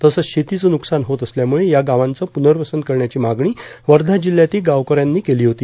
तसंच शेतीचे व्रकसान होत असल्यामुळं या गावांचे पुनर्वसन करण्याची मागणी वर्धा जिल्हयातील गावकऱ्यांनी केली होती